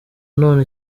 none